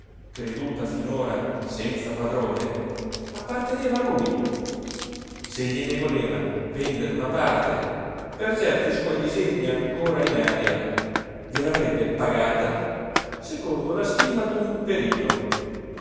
creduta finora senza padrone apparteneva a lui se gliene voleva vendere una parte per certi suoi disegni ancora in aria gliel'avrebbe pagata secondo la stima d'un perito